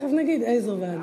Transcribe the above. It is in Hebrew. תכף נגיד איזו ועדה.